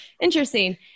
interesting